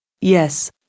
Yes